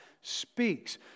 speaks